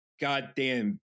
goddamn